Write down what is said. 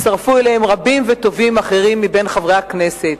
והצטרפו אליהם רבים וטובים מבין חברי הכנסת.